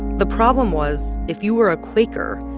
the problem was if you were a quaker,